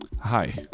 hi